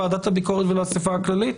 לוועדת הביקורת ולאספה הכללית?